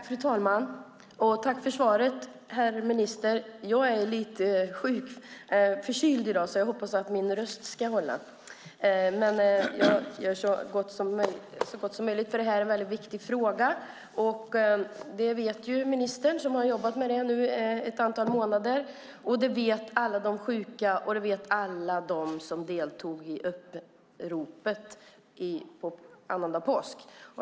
Fru talman! Tack för svaret, herr minister! Det här är en väldigt viktig fråga. Det vet ministern, som nu har jobbat med den ett antal månader, det vet alla de sjuka och det vet alla de som deltog i uppropet annandag påsk.